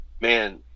man